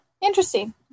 Interesting